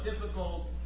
difficult